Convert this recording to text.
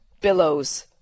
billows